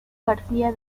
garcía